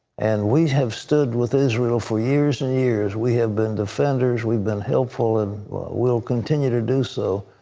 and we have stood with israel for years and years. we have been defenders. we've been helpful. and we'll continue to do so.